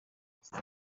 است